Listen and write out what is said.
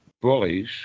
bullies